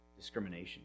discrimination